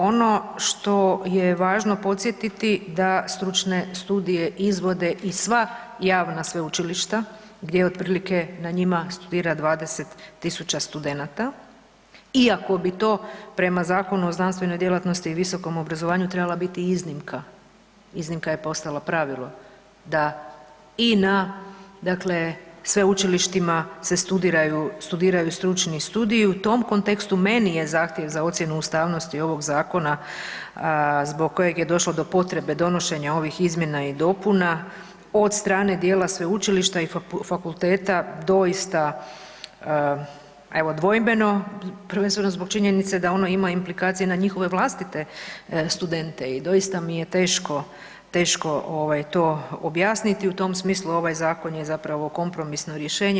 Ono što je važno podsjetiti da stručne studije izvode i sva javna sveučilišta gdje otprilike na njima studira 20 000 studenata iako bi to prema Zakonu o znanstvenoj djelatnosti i visokom obrazovanju trebala biti iznimka, iznimka je postala pravilo da i na dakle sveučilištima se studiraju stručni studiji i u tom kontekstu meni je zahtjev za ocjenu ustavnosti ovog zakona, zbog kojeg je došlo do potrebe donošenja ovih izmjena i dopuna, od strane djela sveučilišta i fakulteta, doista evo dvojbeno, prvenstveno zbog činjenice da ono implikacije na njihove vlastite studente i doista mi je teško to objasniti, u tom smislu ovaj zakon je zapravo kompromisno rješenje.